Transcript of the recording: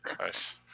Nice